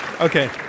Okay